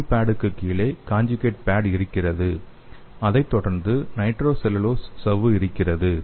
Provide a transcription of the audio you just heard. sample பேடுக்கு கீழே conjugate pad இருக்கிறது அதைத் தொடர்ந்து நைட்ரோசெல்லுலோஸ் சவ்வு இருக்கிறது